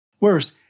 Worse